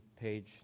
page